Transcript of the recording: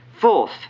Fourth